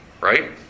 right